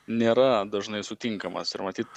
nėra dažnai sutinkamas ir matyt